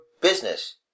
business